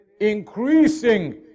increasing